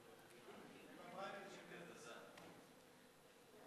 ההסתייגות של קבוצת סיעת האיחוד הלאומי